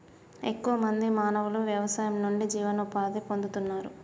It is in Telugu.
ఎక్కువ మంది మానవులు వ్యవసాయం నుండి జీవనోపాధి పొందుతున్నారు